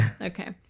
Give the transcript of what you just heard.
Okay